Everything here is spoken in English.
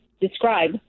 describe